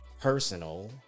personal